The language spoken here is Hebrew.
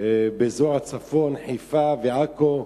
באזור הצפון, חיפה ועכו,